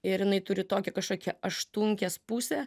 ir jinai turi tokią kažkokią aštunkės pusę